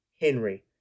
Henry